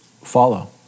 follow